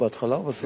בהתחלה או בסוף?